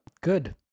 good